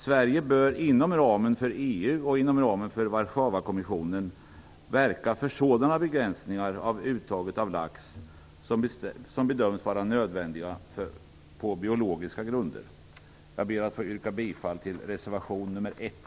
Sverige bör inom ramen för EU och inom ramen för Warszawakommissionen verka för sådana begränsningar av uttaget av lax som bedöms vara nödvändiga på biologiska grunder. Jag ber att få yrka bifall till reservation 1.